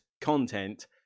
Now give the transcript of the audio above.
content